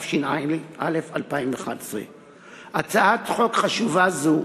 התשע"א 2011. בהצעת חוק חשובה זאת